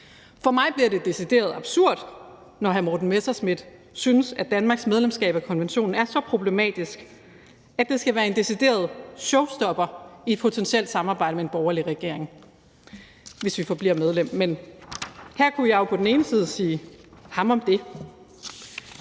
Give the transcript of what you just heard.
For mig bliver det decideret absurd, når hr. Morten Messerschmidt synes, at Danmarks medlemskab af konventionen er så problematisk, at det skal være en decideret showstopper i et potentielt samarbejde med en borgerlig regering, hvis vi forbliver medlem. Men her kunne jeg jo så sige: Ham om det.